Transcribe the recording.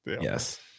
Yes